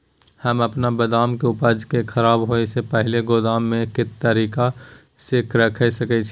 हम अपन बदाम के उपज के खराब होय से पहिल गोदाम में के तरीका से रैख सके छी?